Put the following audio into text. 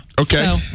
Okay